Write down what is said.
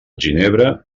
ginebre